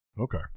Okay